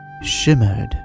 Shimmered